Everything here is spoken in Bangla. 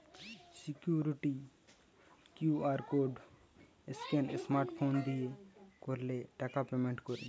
security QR code scan smart phone দিয়ে করলে টাকা পেমেন্ট করে